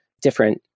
different